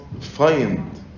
find